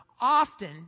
often